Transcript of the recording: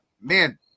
Man